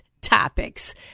topics